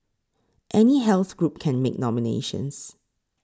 any health group can make nominations